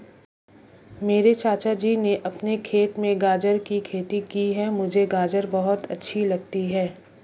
मेरे चाचा जी ने अपने खेत में गाजर की खेती की है मुझे गाजर बहुत अच्छी लगती है